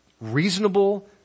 reasonable